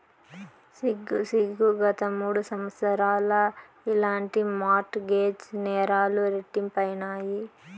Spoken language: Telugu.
సిగ్గు సిగ్గు, గత మూడు సంవత్సరాల్ల ఇలాంటి మార్ట్ గేజ్ నేరాలు రెట్టింపైనాయి